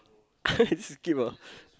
this skip ah